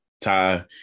Ty